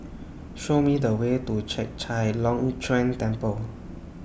Show Me The Way to Chek Chai Long Chuen Temple